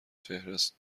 فهرست